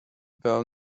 vēl